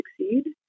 succeed